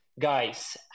Guys